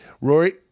Rory